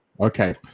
Okay